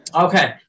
Okay